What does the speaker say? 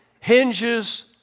hinges